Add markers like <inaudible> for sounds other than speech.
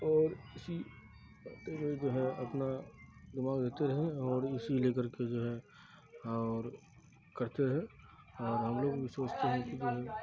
اور اسی <unintelligible> جو ہے اپنا دماغ دیتے رہیں اور اسی لے کر کے جو ہے اور کرتے رہے اور ہم لوگ بھی سوچتے ہیں کہ جو